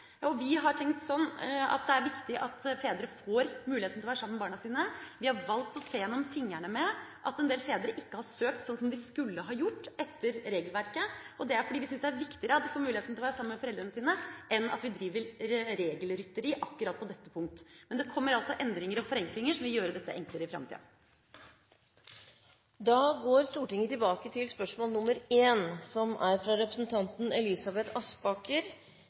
Vi har tenkt sånn at det er viktig at fedre får muligheten til å være sammen med barna sine. Vi har valgt å se gjennom fingrene med at en del fedre ikke har søkt sånn som de skulle ha gjort etter regelverket, og det er fordi vi syns det er viktigere at de får muligheten til å være sammen med barna sine, enn at vi driver regelrytteri på akkurat dette punktet. Men det kommer altså endringer og forenklinger som vil gjøre dette enklere i framtida. Dette spørsmålet, fra representanten Elisabeth Aspaker til miljøvernministeren, vil bli besvart av barne-, likestillings- og familieministeren på vegne av miljøvernministeren, som er